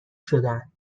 شدن